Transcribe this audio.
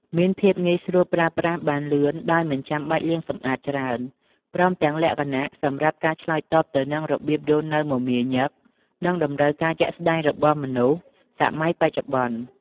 មានភាពងាយស្រួលប្រើប្រាស់បានលឿន ដោយមិនចាំបាច់លាងសម្អាតច្រើន ព្រមទាំងលក្ខណៈសម្រាប់ការឆ្លើយតបទៅនឹងរបៀបរស់នៅមមាញឹក និងតម្រូវការជាក់ស្តែងរបស់មនុស្សសម័យបច្ចុប្បន្ន។